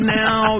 now